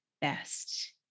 best